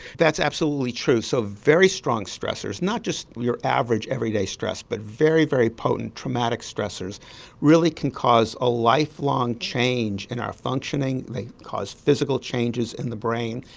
that's absolutely true, so very strong stressors, not just your average everyday stress but very, very potent traumatic stressors really can cause a lifelong change in our functioning, they cause physical changes in the brain,